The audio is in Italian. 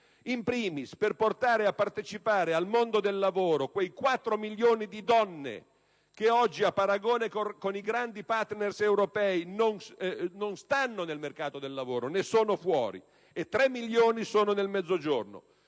*In primis*, per portare a partecipare al mondo del lavoro quei 4 milioni di donne che oggi, a paragone con i grandi *partner* europei, non sono nel mercato del lavoro, ma ne sono fuori, di cui 3 milioni solo nel Mezzogiorno: